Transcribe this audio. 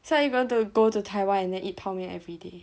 so are you going to go to Taiwan and then eat 泡面 everyday